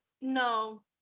no